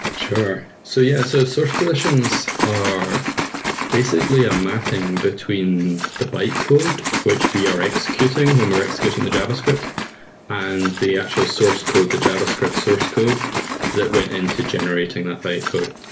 sure. so yeah. so source positions are basically a mapping between the bytecode, which we are executing when we're executing the javascript and the actual source code, the javascript source code that went into generating that bytecode.